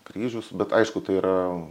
kryžius bet aišku tai yra